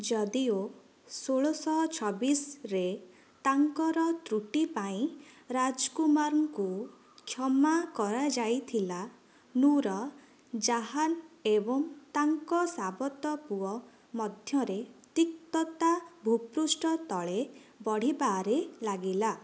ଯଦିଓ ଷୋହଳଶହ ଛବିଶରେ ତାଙ୍କର ତ୍ରୁଟି ପାଇଁ ରାଜକୁମାରଙ୍କୁ କ୍ଷମା କରାଯାଇଥିଲା ନୁର୍ ଜାହାନ୍ ଏବଂ ତାଙ୍କ ସାବତ ପୁଅ ମଧ୍ୟରେ ତିକ୍ତତା ଭୂପୃଷ୍ଠ ତଳେ ବଢ଼ିବାରେ ଲାଗିଲା